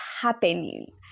happening